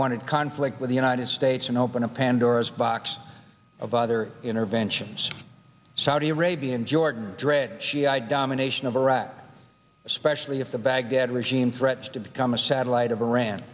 wanted conflict with the united states and open a pandora's box of other interventions saudi arabia and jordan dread shiite domination of iraq especially if the baghdad regime threats to become a satellite of iran